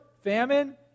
Famine